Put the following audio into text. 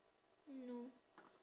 no